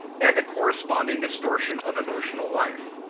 and a corresponding distortion of emotional life.